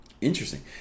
Interesting